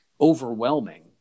overwhelming